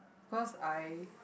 because I